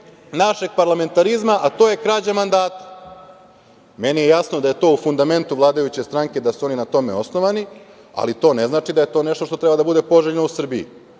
našeg parlamentarizma, a to je krađa mandata. Meni je jasno da je to u fundamentu vladajuće stranke i da su oni na tome osnovani, ali to ne znači da je to nešto što treba da bude poželjno u Srbiji. Mi